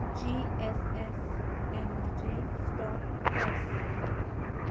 G S S energy stock press